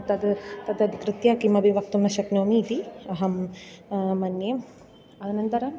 तद् तत्रत्यं किमपि वक्तुं न शक्नोमि इति अहं मन्ये अनन्तरम्